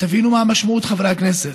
תבינו מה המשמעות, חברי הכנסת.